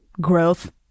growth